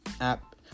app